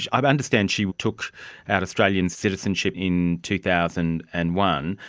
i understand she took out australian citizenship in two thousand and one,